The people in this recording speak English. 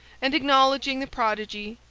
and acknowledging the prodigy,